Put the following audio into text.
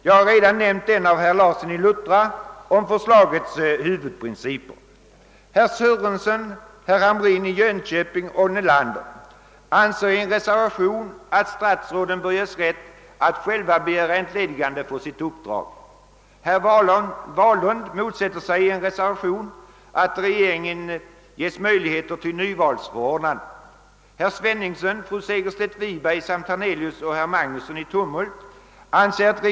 Jag har redan nämnt en — av herr Larsson i Luttra — om förslagets huvudprinciper. Herr Sörenson, herr Hamrin i Jönköping och herr Nelander anser i en reservation att statsråden bör ges rätt att själva begära entledigande från sina uppdrag. Herr Wahlund motsätter sig i en reservation att regeringen ges möjlighet till nyvalsförordnande.